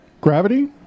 Gravity